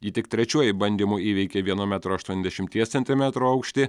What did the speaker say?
ji tik trečiuoju bandymu įveikė vieno metro aštuoniasdešimties centimetrų aukštį